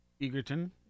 Egerton